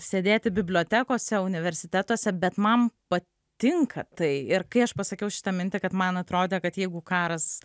sėdėti bibliotekose universitetuose bet man patinka tai ir kai aš pasakiau šitą mintį kad man atrodė kad jeigu karas